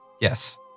Yes